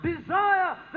desire